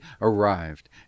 arrived